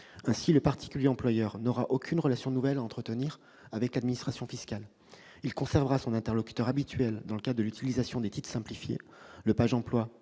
Ainsi, le particulier employeur n'aura aucune relation nouvelle à entretenir avec l'administration fiscale. Il conservera son interlocuteur habituel dans le cas de l'utilisation des kits simplifiés, à savoir